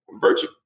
virtue